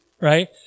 right